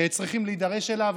אנחנו צריכים להידרש אליו.